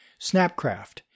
Snapcraft